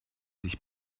sich